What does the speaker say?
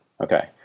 okay